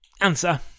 Answer